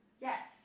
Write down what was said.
yes